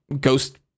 ghost